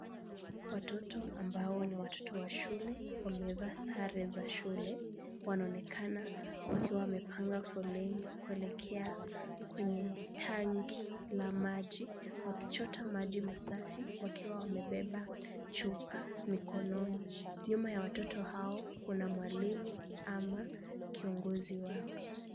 Watoto ambao ni watoto wa shule, wamevaa sare za shule, wanaonekana wakiwa wamepanga foleni kuelekwa kwenye Tanki la maji. Wakichota maji masafi wakiwa wamebeba chupa mikononi. Nyuma ya watoto hao kuna mwalimu ama kiongozi wao.